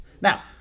now